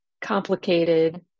complicated